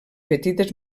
petites